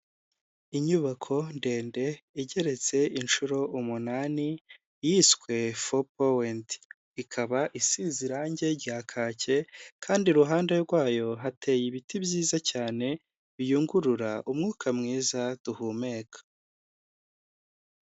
Inyubako ndende igeretse inshuro umunani yiswe Fopowenti, ikaba isize irange rya kake kandi iruhande rwayo hateye ibiti byiza cyane biyungurura umwuka mwiza duhumeka.